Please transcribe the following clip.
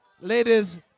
ladies